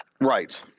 right